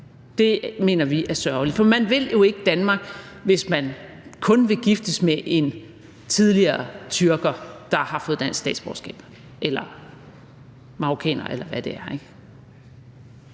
Det mener vi er sørgeligt. For man vil jo ikke Danmark, hvis man kun vil giftes med en tidligere tyrker eller marokkaner, eller hvad det er,